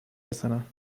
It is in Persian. بزنم